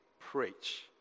preach